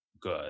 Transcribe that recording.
good